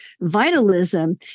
vitalism